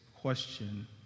question